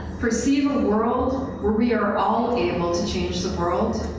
perceive a world where we are all able to change the world,